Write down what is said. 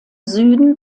süden